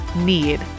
need